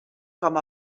com